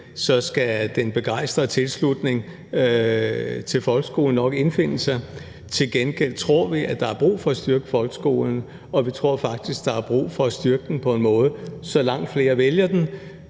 skal den begejstrede tilslutning til folkeskolen nok indfinde sig. Til gengæld tror vi, at der er brug for at styrke folkeskolen, og vi tror faktisk, der er brug for styrke den på en måde, så langt flere vælger den.